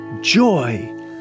joy